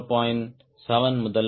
7 முதல் 1